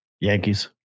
Yankees